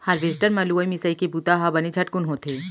harvester म लुवई मिंसइ के बुंता ह बने झटकुन होथे